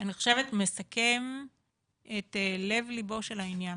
אני חושבת, מסכם את לב ליבו של העניין.